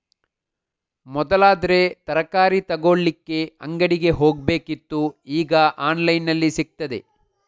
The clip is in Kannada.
ಮೊದಲಾದ್ರೆ ತರಕಾರಿ ತಗೊಳ್ಳಿಕ್ಕೆ ಅಂಗಡಿಗೆ ಹೋಗ್ಬೇಕಿತ್ತು ಈಗ ಆನ್ಲೈನಿನಲ್ಲಿ ಸಿಗ್ತದೆ